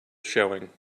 showing